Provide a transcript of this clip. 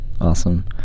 Awesome